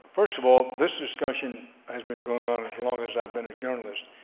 first of all, this discussion has been going on as long as i've been a journalist.